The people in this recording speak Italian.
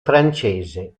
francese